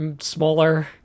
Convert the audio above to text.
smaller